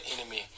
enemy